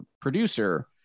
producer